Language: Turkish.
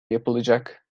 yapılacak